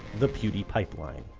the pewdiepipeline.